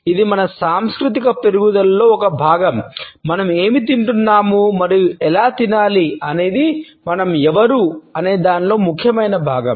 ఇది మన సాంస్కృతిక పెరుగుదలలో ఒక భాగం మనం ఏమి తింటున్నాము మరియు ఎలా తినాలి అనేది మనం ఎవరు అనే దానిలో ముఖ్యమైన భాగం